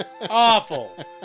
Awful